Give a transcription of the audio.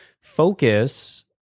focus